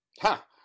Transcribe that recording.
ha